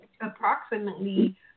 approximately